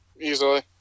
Easily